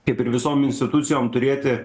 kaip ir visom institucijom turėti